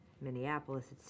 Minneapolis